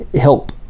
help